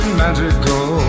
magical